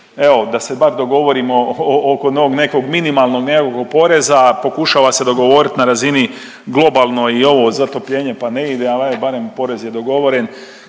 evo da se bar dogovorimo oko novog nekog minimalno …/Govornik se ne razumije./…poreza, a pokušava se dogovorit na razini globalnoj i ovo zatopljenje, pa ne ide, al evo barem porez je dogovoren.